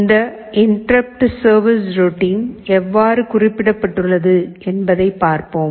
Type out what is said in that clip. இந்த interrupt service ரோட்டின் எவ்வாறு குறிப்பிடப்பட்டுள்ளது என்பதைப் பார்ப்போம்